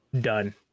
done